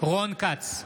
רון כץ,